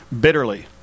bitterly